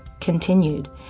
continued